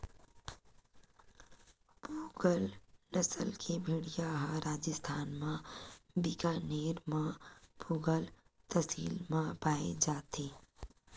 पूगल नसल के भेड़िया ह राजिस्थान म बीकानेर म पुगल तहसील म पाए जाथे